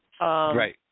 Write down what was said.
Right